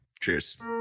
cheers